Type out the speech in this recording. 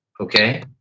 Okay